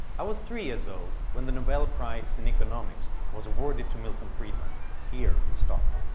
i was three years old, when the nobel prize in economics was awarded to milton friedman here in stockholm.